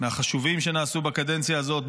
מהחשובים שנעשו בקדנציה הזאת,